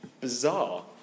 bizarre